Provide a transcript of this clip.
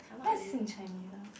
what is in Chinese ah